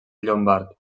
llombard